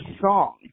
song